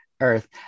earth